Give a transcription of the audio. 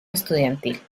estudiantil